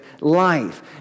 life